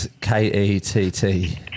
K-E-T-T